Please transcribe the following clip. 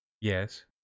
Yes